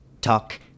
Talk